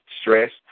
stress